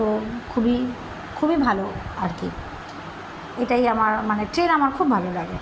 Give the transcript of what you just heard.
তো খুবই খুবই ভালো আর কি এটাই আমার মানে ট্রেন আমার খুব ভালো লাগে